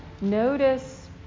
Notice